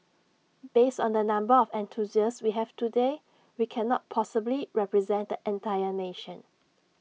based on the number of enthusiasts we have today we cannot possibly represent the entire nation